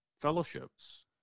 fellowships